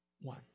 one